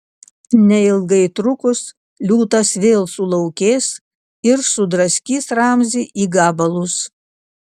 neilgai trukus liūtas vėl sulaukės ir sudraskys ramzį į gabalus